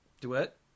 Duet